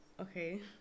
Okay